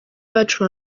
bacu